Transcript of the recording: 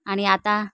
आणि आता